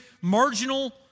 marginal